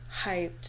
hyped